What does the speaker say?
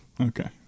Okay